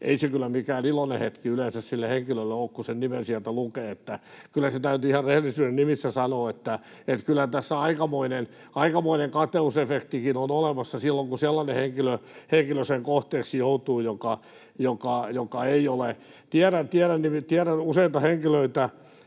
ei se kyllä mikään iloinen hetki yleensä sille henkilölle ole, kun sen nimen sieltä lukee. Eli kyllä se täytyy ihan rehellisyyden nimissä sanoa, että kyllä tässä aikamoinen kateusefektikin on olemassa, silloin kun sellainen henkilö sen kohteeksi joutuu, joka ei ole... Tiedän useita henkilöitä,